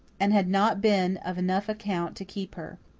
and had not been of enough account to keep her.